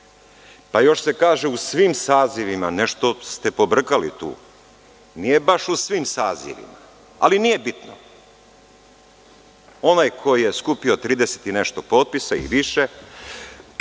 Još se kaže – u svim sazivima. Nešto ste pobrkali tu. Nije baš u svim sazivima. Ali, nije bitno. Onaj ko je skupio trideset i nešto potpisa i više